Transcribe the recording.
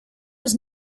was